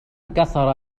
كسر